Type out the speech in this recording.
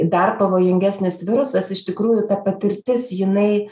dar pavojingesnis virusas iš tikrųjų ta patirtis jinai